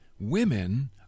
women